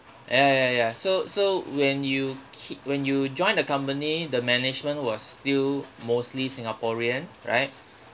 ya ya ya so so when you ke~ when you join the company the management was still mostly singaporean right